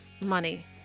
money